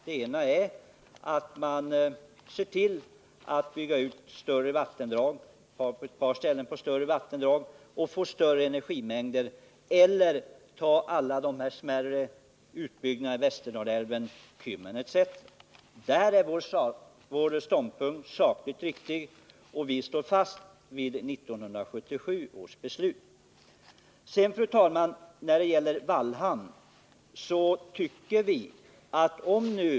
Den ena är planeringen att man bygger ut större vattendrag på ett par ställen och får större energimängder, och den andra är att man gör smärre utbyggnader i Västerdalälven, Kymmen etc. Där är vår ståndpunkt sakligt riktig. Vi står fast vid 1977 års beslut.